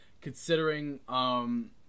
Considering